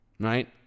Right